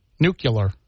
nuclear